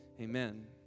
Amen